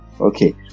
Okay